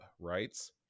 writes